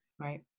Right